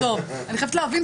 אני פשוט חייבת להבין.